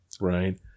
right